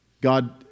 God